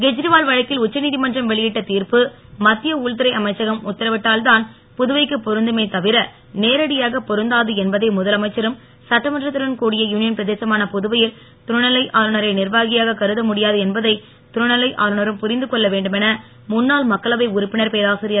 கேஜரிவால் வழக்கில் உச்ச நீதமன்றம் வெளியிட்ட திர்ப்பு மத்திய உள்துறை அமைச்சகம் உத்தரவிட்டால்தான் புதுவைக்கு பொருந்துமே தவிர நேரடியாகப் பொருந்தாது என்பதை பிரதேசமான புதுவையில் துணை நிலை ஆளுனரை நிர்வாகியாகக் கருத முடியாது என்பதை துணைநிலை ஆளுனரும் புரிந்துகொள்ள வேண்டுமென முன்னாள் மக்களவை உறுப்பினர் பேராசிரியர்